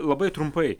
labai trumpai